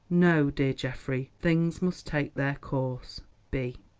no, dear geoffrey. things must take their course b.